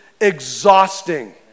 exhausting